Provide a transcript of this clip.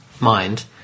mind